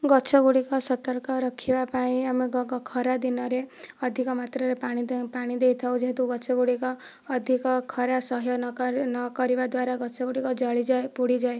ଗଛ ଗୁଡ଼ିକ ସତର୍କ ରଖିବା ପାଇଁ ଆମେ ଖରା ଦିନରେ ଅଧିକ ମାତ୍ରାରେ ପାଣି ଦୋଉ ପାଣି ଦେଇଥାଉ ଯେହେତୁ ଗଛ ଗୁଡ଼ିକ ଅଧିକ ଖରା ସହ୍ୟ ନ କରିବା ଦ୍ୱାରା ଗଛ ଗୁଡ଼ିକ ଜଳିଯାଏ ପୋଡ଼ିଯାଏ